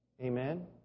Amen